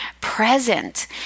present